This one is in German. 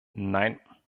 nein